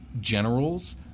generals